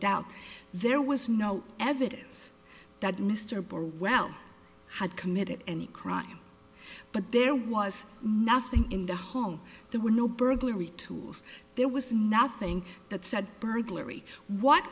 doubt there was no evidence that mr barwell had committed any crime but there was nothing in the home there were no burglary tools there was nothing that said burglary what